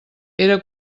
era